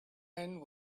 end